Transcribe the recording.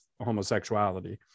homosexuality